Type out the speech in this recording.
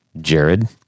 Jared